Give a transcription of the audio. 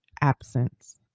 absence